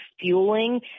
fueling